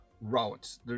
Routes